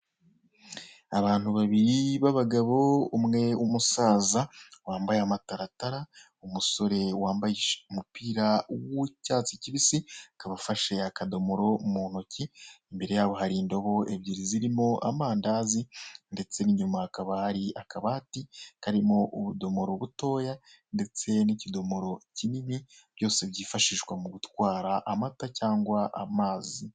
Abantu babiri b'abagabo, umwe w'umusaza, wambaye amataratara, umusore wambaye umupira w'icyatsi kibisi, akaba afashe akadomoro mu ntoki, imbere yabo hari indobo ebyiri zirimo amandazi ndetse n'inyuma hakaba hari akabati karimo ubudomoro butoya ndetse n'ikidomoro kinini, byose byifashishwa mu gutwara amata cyangwa amazi.